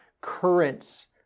currents